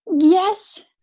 Yes